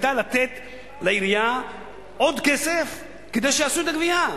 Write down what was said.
לתת לעירייה עוד כסף כדי שיעשו את הגבייה,